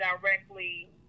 directly